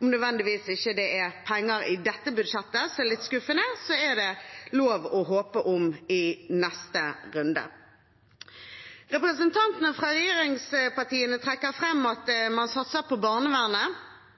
Om det ikke nødvendigvis er penger i dette budsjettet – noe som er litt skuffende – er det lov å håpe på i neste runde. Representantene fra regjeringspartiene trekker fram at man satser på barnevernet.